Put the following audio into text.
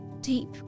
deep